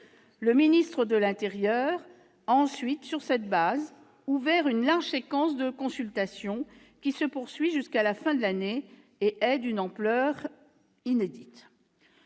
Le ministre de l'intérieur a ensuite, sur cette base, ouvert une large séquence de consultations, qui se poursuit jusqu'à la fin de l'année et qui est d'une ampleur inédite.